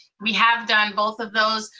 we have done both of those,